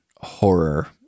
horror